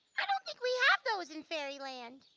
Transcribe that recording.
i don't think we have those in fairy land.